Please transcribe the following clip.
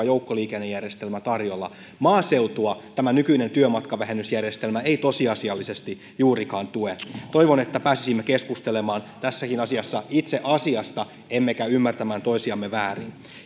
joukkoliikennejärjestelmä tarjolla maaseutua tämä nykyinen työmatkavähennysjärjestelmä ei tosiasiallisesti juurikaan tue toivon että pääsisimme keskustelemaan tässäkin asiassa itse asiasta emmekä ymmärtäisi toisiamme väärin